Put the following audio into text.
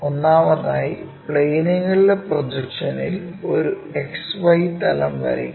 ഒന്നാമതായി പ്ലെനുകളുടെ പ്രൊജക്ഷനിൽ ഒരു X Y തലം വരയ്ക്കുക